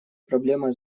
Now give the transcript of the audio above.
проблема